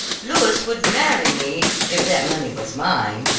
louis would marry me if that money was mine.